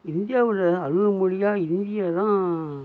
இந்தியாவில் அலுவல் மொழியாக ஹிந்தியை தான்